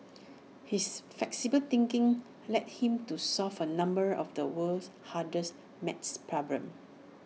his flexible thinking led him to solve A number of the world's hardest math problems